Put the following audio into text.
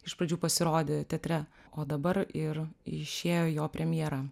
iš pradžių pasirodė teatre o dabar ir išėjo jo premjera